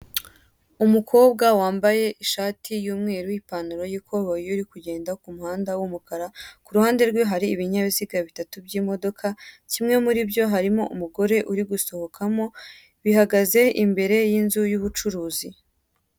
Umukobwa wambaye ishati y'umweru, ipantaro y'ikoboyi, urikugenda ku muhanda w'umukara, kuruhande rwe hari ibinyabiziga bitatu by'imodoka, kimwe muri byo harimo umugore uri gusohokamo, bihagaze imbere y'inzu y'ubucuruzi.